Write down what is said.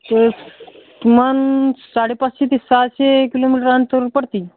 तर किमान साडे पाचशे ते सहाशे किलोमीटर अंतर पडते